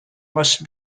must